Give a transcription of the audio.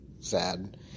sad